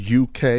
UK